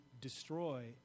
destroy